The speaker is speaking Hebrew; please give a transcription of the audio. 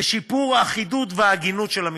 ושיפור אחידות והגינות המבחנים.